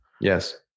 Yes